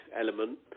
element